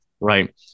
Right